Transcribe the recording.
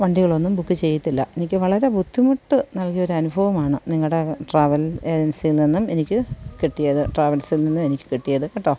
വണ്ടികളൊന്നും book ചെയ്യത്തില്ല എനിക്ക് വളരെ ബുദ്ധിമുട്ട് നല്കിയൊരു അനുഭവമാണ് നിങ്ങളുടെ ട്രാവൽ ഏജൻസിയിൽ നിന്നും എനിക്ക് കിട്ടിയത് ട്രാവൽസിൽ നിന്നും എനിക്ക് കിട്ടിയത് കേട്ടോ